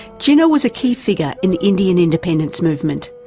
jinnah was a key figure in the indian independence movement,